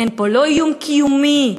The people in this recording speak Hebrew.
אין פה איום קיומי.